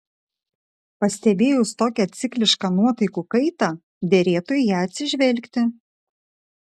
pastebėjus tokią ciklišką nuotaikų kaitą derėtų į ją atsižvelgti